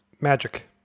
Magic